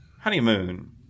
Honeymoon